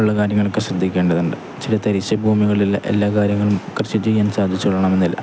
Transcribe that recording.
ഉള്ള കാര്യങ്ങളൊക്കെ ശ്രദ്ധിക്കേണ്ടതുണ്ട് ചില തരിശുഭൂമികളിൽ എല്ലാ കാര്യങ്ങളും കൃഷി ചെയ്യാൻ സാധിച്ചുകൊള്ളണമെന്നില്ല